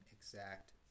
exact